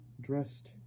dressed